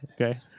Okay